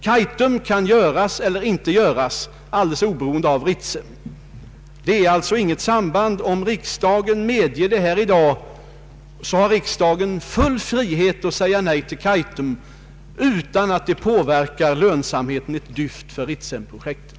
Kaitum kan göras eller inte göras alldeles oberoende av Ritsem. Det råder alltså inget samband mellan dessa projekt. Om riksdagen bifaller detta förslag i dag, har riksdagen full frihet att säga nej till Kaitum utan att ett sådant beslut skulle påverka lönsamheten för Ritsemprojektet.